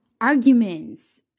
arguments